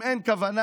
אם אין כוונה,